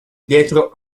dietro